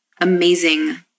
amazing